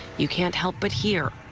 you can't help but hear